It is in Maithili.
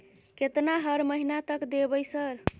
केतना हर महीना तक देबय सर?